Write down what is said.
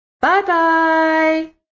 bye-bye